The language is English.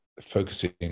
focusing